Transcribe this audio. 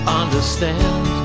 understand